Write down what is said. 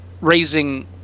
raising